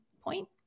point